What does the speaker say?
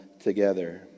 together